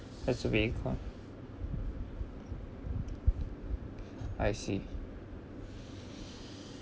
has to be I see